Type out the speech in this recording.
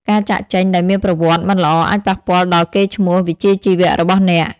ការចាកចេញដោយមានប្រវត្តិរូបមិនល្អអាចប៉ះពាល់ដល់កេរ្តិ៍ឈ្មោះវិជ្ជាជីវៈរបស់អ្នក។